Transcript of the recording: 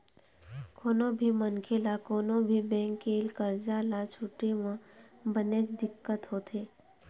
कोनो भी मनखे ल कोनो भी बेंक के करजा ल छूटे म बनेच दिक्कत होथे